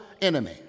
enemy